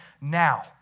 now